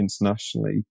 internationally